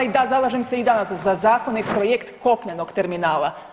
I da zalažem se i danas za zakonit projekt kopnenog terminala.